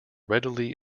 readily